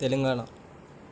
Telangana